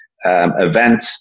event